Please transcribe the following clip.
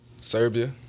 Serbia